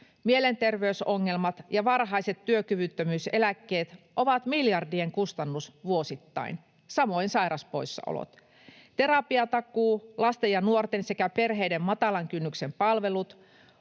Mielenterveysongelmat ja varhaiset työkyvyttömyyseläkkeet ovat miljardien kustannus vuosittain, samoin sairauspoissaolot. Terapiatakuu, lasten ja nuorten sekä perheiden matalan kynnyksen palvelut,